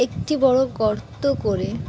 একটি বড় গর্ত করে